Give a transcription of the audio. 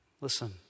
Listen